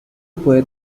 puede